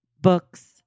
books